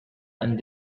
and